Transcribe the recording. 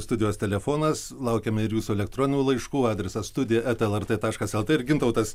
studijos telefonas laukiame ir jūsų elektroninių laiškų adresas studija eta lrt taškas lt ir gintautas